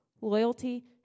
loyalty